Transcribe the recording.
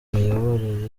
imiyoborere